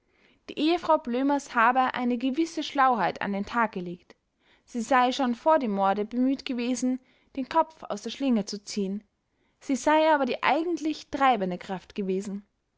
die ehefrau blömers habe eine gewisse schlauheit an den tag gelegt sie sei schon vor dem morde bemüht gewesen den kopf aus der schlinge zu ziehen sie sei aber die eigentlich treibende kraft gewesen